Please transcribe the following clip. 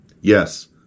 Yes